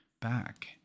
back